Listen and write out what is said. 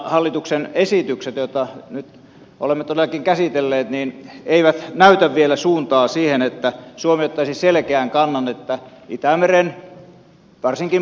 hallituksen esitykset joita nyt olemme todellakin käsitelleet eivät näytä vielä suuntaa siihen että suomi ottaisi selkeän kannan että itämeren varsinkin